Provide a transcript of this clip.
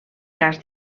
cas